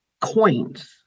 coins